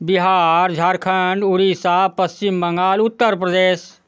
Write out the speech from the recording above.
Bihar Jharkhand Orissa Paschim Bengal Uttar Pradesh